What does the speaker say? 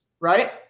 Right